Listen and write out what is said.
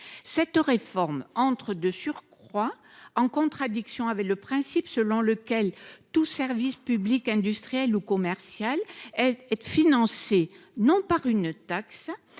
Cette réforme entre, de surcroît, en contradiction avec le principe selon lequel tout service public, industriel ou commercial, est financé non par une taxe,